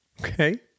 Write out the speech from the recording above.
Okay